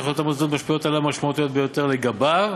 שהחלטות המוסדות משפיעות עליו ומשמעותיות ביותר לגביו.